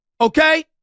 Okay